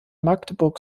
magdeburg